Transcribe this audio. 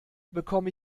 bekomme